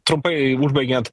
trumpai užbaigiant